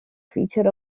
featured